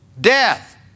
death